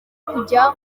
kujya